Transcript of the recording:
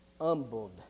humbled